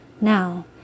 now